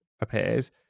appears